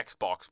Xbox